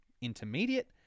Intermediate